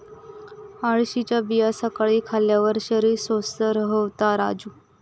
अळशीच्या बिया सकाळी खाल्ल्यार शरीर स्वस्थ रव्हता राजू